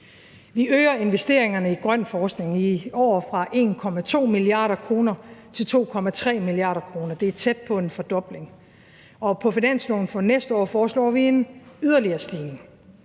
i år investeringerne i grøn forskning fra 1,2 mia. kr. til 2,3 mia. kr. Det er tæt på en fordobling. Og på finansloven for næste år foreslår vi en yderligere stigning.